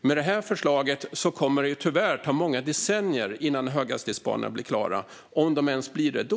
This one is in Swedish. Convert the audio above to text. Med det här förslaget kommer höghastighetsbanorna tyvärr inte att bli klara förrän om många decennier, om de ens blir det då.